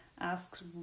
asks